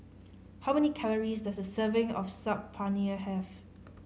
how many calories does a serving of Saag Paneer have